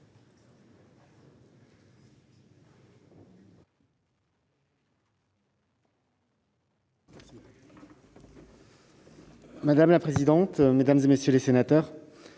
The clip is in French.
Madame la présidente, mesdames, messieurs les sénateurs,